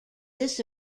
this